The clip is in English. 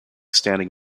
standing